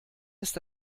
ist